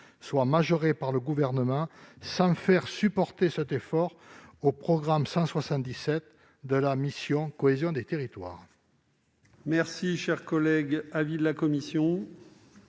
soient majorés par le Gouvernement, sans faire supporter cet effort par le programme 177 de la mission « Cohésion des territoires